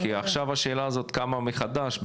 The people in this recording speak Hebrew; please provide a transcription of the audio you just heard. כי עכשיו השאלה הזאת קמה מחדש,